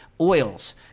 oils